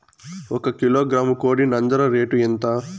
ఒక కిలోగ్రాము కోడి నంజర రేటు ఎంత?